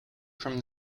from